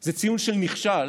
זה ציון של נכשל